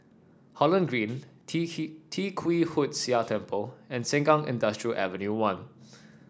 Holland Green Tee K Tee Kwee Hood Sia Temple and Sengkang Industrial Avenue One